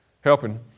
helping